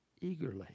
eagerly